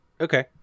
Okay